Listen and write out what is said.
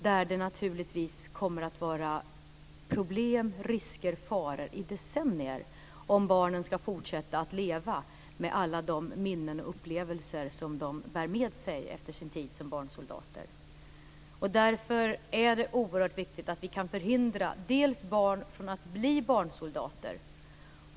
Det kommer naturligtvis att vara problem, risker och faror i decennier om barnen ska fortsätta att leva med alla de minnen och upplevelser som de bär med sig efter sin tid som barnsoldater. Därför är det oerhört viktigt att vi kan förhindra barn från att bli barnsoldater.